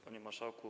Panie Marszałku!